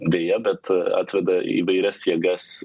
deja bet atveda įvairias jėgas